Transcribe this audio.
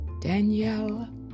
Danielle